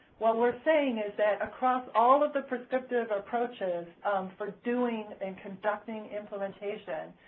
what we're saying is that across all of the prescriptive approaches for doing and conducting implementation,